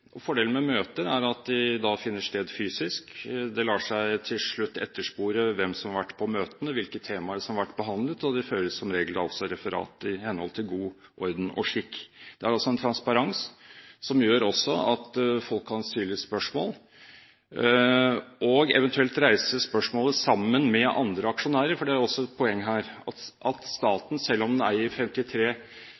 fordelen med møter er at de finner sted fysisk. Det lar seg etterspore hvem som har vært med på møtene, hvilke temaer som har vært behandlet, og det føres som regel også referat i henhold til god orden og skikk. Det er altså en transparens, som gjør at folk kan stille spørsmål og eventuelt reise spørsmålet sammen med andre aksjonærer. For det er også et poeng her at